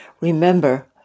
Remember